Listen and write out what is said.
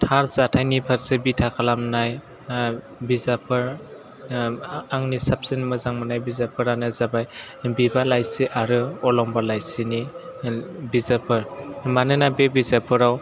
थार जाथायनि फारसे बिथा खालामनाय बिजाबफोर आंनि साबसिन मोजां मोननाय बिजाबफोरानो जाबाय बिबार लाइसि आरो अलंबार लाइसिनि बिजाबफोर मानोना बे बिजाबफोराव